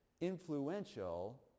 influential